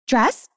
Dress